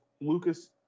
Lucas